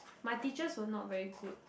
my teachers were not very good